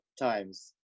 times